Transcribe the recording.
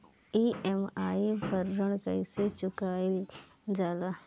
EMI पर ऋण कईसे चुकाईल जाला?